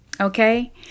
Okay